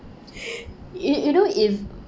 y~ you know if